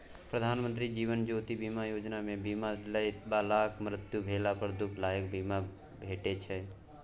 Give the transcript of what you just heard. प्रधानमंत्री जीबन ज्योति बीमा योजना मे बीमा लय बलाक मृत्यु भेला पर दु लाखक बीमा भेटै छै